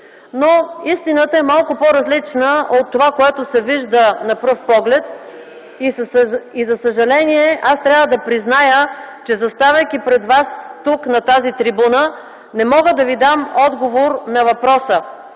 Но истината е малко по-различна от това, което се вижда на пръв поглед. И, за съжаление, аз трябва да призная, че заставайки пред вас тук, на тази трибуна, не мога да ви дам отговор на въпроса